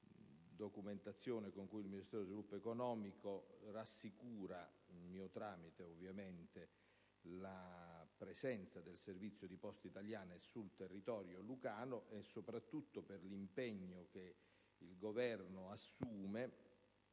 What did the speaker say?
documentazione con cui il Ministero dello sviluppo economico rassicura, mio tramite, ovviamente, circa la presenza del servizio di Poste italiane sul territorio lucano, soprattutto per l'impegno che il Governo assume